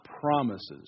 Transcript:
promises